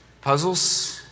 puzzles